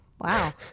Wow